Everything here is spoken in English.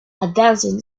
advancing